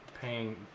paying